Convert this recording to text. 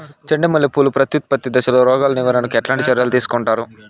చెండు మల్లె పూలు ప్రత్యుత్పత్తి దశలో రోగాలు నివారణకు ఎట్లాంటి చర్యలు తీసుకుంటారు?